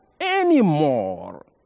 anymore